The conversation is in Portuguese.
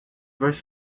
vais